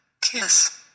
kiss